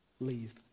leave